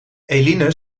eline